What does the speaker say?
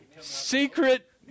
Secret